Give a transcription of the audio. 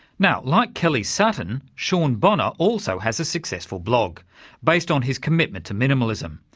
now like kelly sutton, sean bonner also has a successful blog based on his commitment to minimalism,